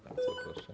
Bardzo proszę.